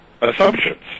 assumptions